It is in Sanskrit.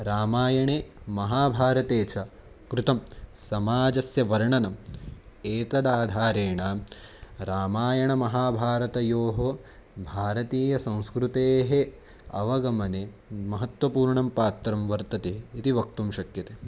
रामायणे महाभारते च कृतं समाजस्य वर्णनम् एतस्य आधारेण रामायणमहाभारतयोः भारतीयसंस्कृतेः अवगमने महत्त्वपूर्णं पात्रं वर्तते इति वक्तुं शक्यते